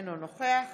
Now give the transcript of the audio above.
אינו נוכח